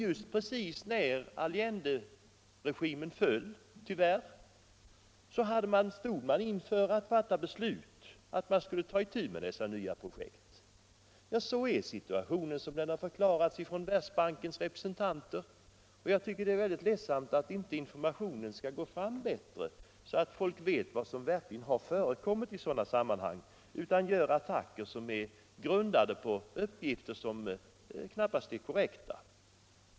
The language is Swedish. Just när Allenderegimen föll — tyvärr — stod man i begrepp att fatta beslut om att ta itu med dessa nya projekt. Sådan är situationen, som den har förklarats från Världsbankens representanter. Jag tycker alltså att det är mycket ledsamt att inte informationen skall gå fram bättre så att folk vet vad som verkligen har förekommit i sådana sammanhang. Det görs attacker grundade på uppgifter som knappast är korrekta.